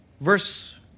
Verse